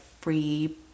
free